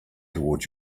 toward